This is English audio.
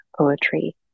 poetry